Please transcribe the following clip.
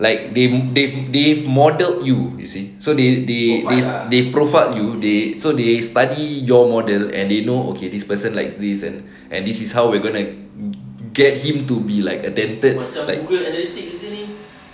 like they they they've model you you see so they they they profile you they so they study your model and they know okay this person likes these and and this is how we're going to get him to be like attempted like